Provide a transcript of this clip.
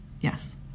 yes